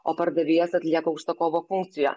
o pardavėjas atlieka užsakovo funkciją